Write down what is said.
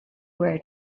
where